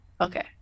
Okay